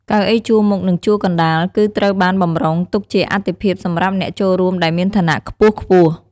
កៅអីជួរមុខ និងជួរកណ្តាល គឺត្រូវបានបម្រុងទុកជាអាទិភាពសម្រាប់អ្នកចូលរួមដែលមានឋានៈខ្ពស់ៗ។